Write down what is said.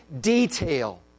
detail